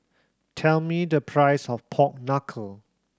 tell me the price of pork knuckle